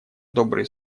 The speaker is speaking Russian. добрые